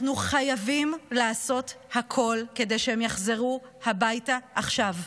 אנחנו חייבים לעשות הכול כדי שהם יחזרו הביתה עכשיו.